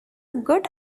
good